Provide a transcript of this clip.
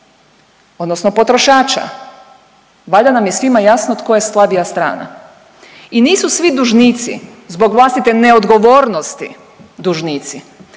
odnosno potrošača valjda nam je svima jasno tko je slabija strana i nisu svi dužnici zbog vlastite neodgovornosti dužnici,